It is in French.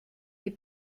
des